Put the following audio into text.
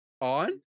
on